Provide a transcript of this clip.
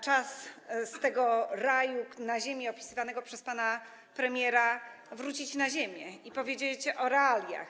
Czas z tego raju na ziemi opisywanego przez pana premiera wrócić na ziemię i powiedzieć o realiach.